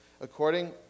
According